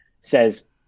says